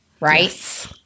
right